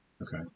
Okay